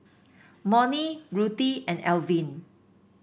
Monnie Ruthie and Alvin